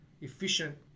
efficient